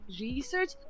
research